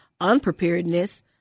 unpreparedness